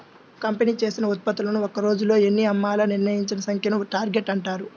company చేసిన ఉత్పత్తులను ఒక్క రోజులో ఎన్ని అమ్మాలో నిర్ణయించిన సంఖ్యను టార్గెట్ అని అంటారు